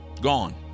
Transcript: gone